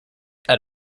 out